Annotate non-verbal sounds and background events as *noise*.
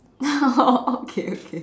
*laughs* okay okay